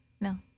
No